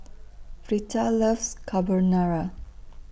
Fleta loves Carbonara